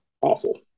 Awful